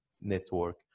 network